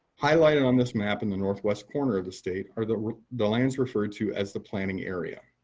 highlighted on this map in the northwest corner of the state are the the lands referred to as the planning area.